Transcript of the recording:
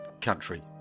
country